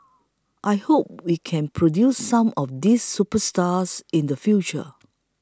I hope we can produce some of these superstars in the future